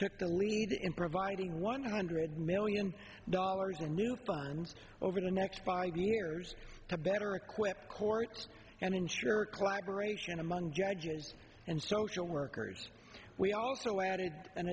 took the lead in providing one hundred million dollars in new funds over the next five years to better equip courts and ensure collaboration among judges and social workers we also added an